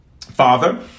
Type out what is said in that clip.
Father